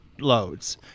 loads